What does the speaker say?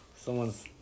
Someone's